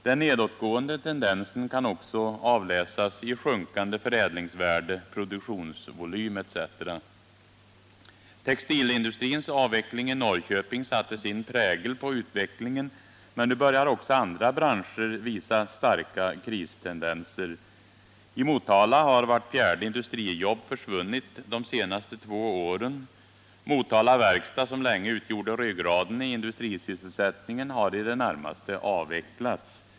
Den nedåtgående tendensen kan också avläsas i sjunkande förädlingsvärde, produktionsvolym etc. Textilindustrins avveckling i Norrköping satte sin prägel på utvecklingen, men nu börjar också andra branscher visa starka kristendenser. I Motala har vart fjärde industrijobb försvunnit de senaste två åren. Motala Verkstad, som länge utgjorde ryggraden i industrisysselsättningen, har i det närmaste avvecklats.